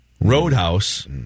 Roadhouse